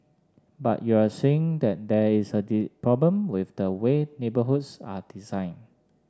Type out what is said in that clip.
but you're saying that there is a problem with the way neighbourhoods are designed